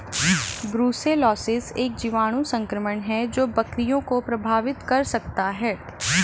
brucellosis एक जीवाणु संक्रमण है जो बकरियों को प्रभावित कर सकता है